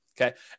Okay